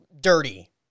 dirty